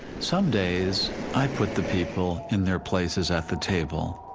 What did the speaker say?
some days i put the people in their places at the table,